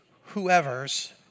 whoever's